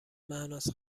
مهناز